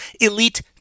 elite